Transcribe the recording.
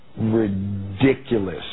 ridiculous